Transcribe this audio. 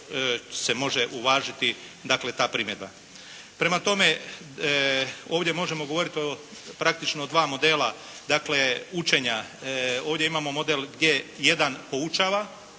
se može uvažiti dakle ta primjedba. Prema tome ovdje možemo govoriti o praktično dva modela učenja. Ovdje imamo model gdje jedan poučava